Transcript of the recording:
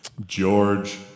George